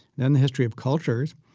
then the history of cultures,